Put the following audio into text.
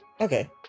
okay